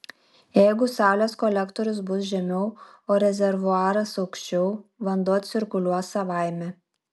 jeigu saulės kolektorius bus žemiau o rezervuaras aukščiau vanduo cirkuliuos savaime